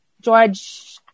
George